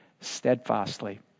steadfastly